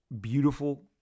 beautiful